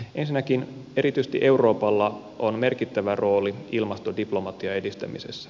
ensinnäkin erityisesti euroopalla on merkittävä rooli ilmastodiplomatian edistämisessä